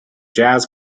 jazz